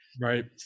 Right